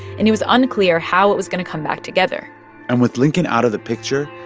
and it was unclear how it was going to come back together and with lincoln out of the picture,